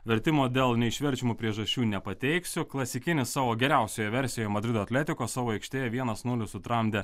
vertimo dėl neišverčiamų priežasčių nepateiksiu klasikinis savo geriausioje versijoje madrido atletico savo aikštėje vienas nulis sutramdė